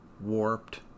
warped